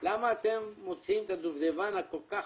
למה אתם מוציאים את הדובדבן הכול כך,